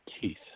teeth